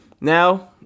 Now